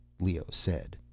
leoh said.